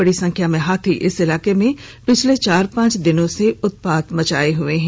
बड़ी संख्या में हाथी इस इलाके में पिछले चार पांच दिनों से उत्पात मचाए हुए हैं